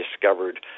discovered